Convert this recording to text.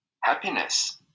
Happiness